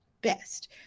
best